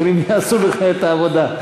אחרים יעשו לך את העבודה,